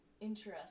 interesting